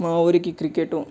మా ఊరికి క్రికెట్